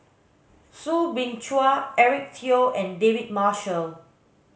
Soo Bin Chua Eric Teo and David Marshall